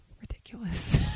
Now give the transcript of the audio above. ridiculous